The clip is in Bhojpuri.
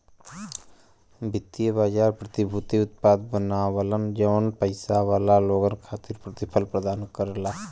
वित्तीय बाजार प्रतिभूति उत्पाद बनावलन जौन पइसा वाला लोगन खातिर प्रतिफल प्रदान करला